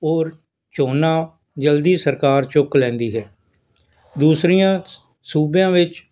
ਔਰ ਝੋਨਾ ਜਲਦੀ ਸਰਕਾਰ ਚੁੱਕ ਲੈਂਦੀ ਹੈ ਦੂਸਰਿਆਂ ਸੂਬਿਆਂ ਵਿੱਚ